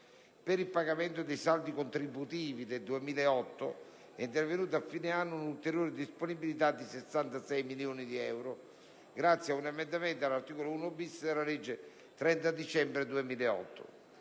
Per il pagamento dei saldi contributivi del 2008, è intervenuta a fine anno una ulteriore disponibilità di 66 milioni di euro, grazie ad un emendamento all'articolo 1-*bis* della legge 30 dicembre 2008,